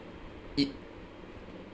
it